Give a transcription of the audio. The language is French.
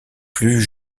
plus